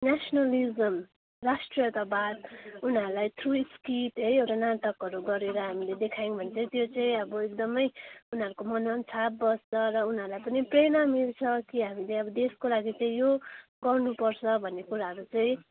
न्यास्नलिजम राष्ट्रियतावाद उनीहरूलाई through script एउटा नाटकहरू गरेर हामीले देखायौँ भने त्यो चाहिँ अब एकदमै उनीहरूको मनमा पनि छाप बस्छ र उनीहरूलाई पनि प्रेरणा मिल्छ कि हामीले अब देशको लागि चाहिँ यो गर्नुपर्छ भन्ने कुराहरू चाहिँ